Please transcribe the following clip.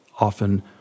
often